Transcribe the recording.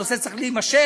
הנושא צריך להימשך,